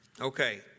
Okay